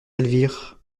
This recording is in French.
elvire